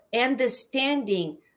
understanding